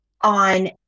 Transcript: on